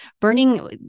burning